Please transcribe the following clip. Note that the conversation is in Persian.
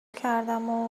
کردم